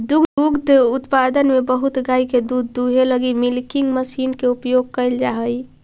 दुग्ध उत्पादन में बहुत गाय के दूध दूहे लगी मिल्किंग मशीन के उपयोग कैल जा हई